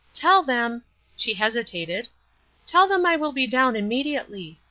tell them she hesitated tell them i will be down immediately.